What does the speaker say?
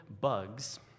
bugs